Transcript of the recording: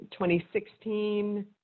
2016